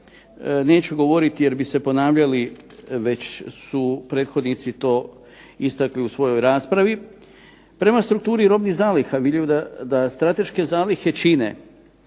neću govoriti, jer bi se ponavljali već su prethodnici to istakli u svojoj raspravi. Prema strukturi robnih zaliha, vidimo da strateške zalihe čine